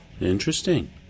interesting